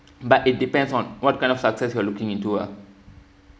but it depends on what kind of success you're looking into uh